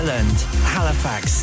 Halifax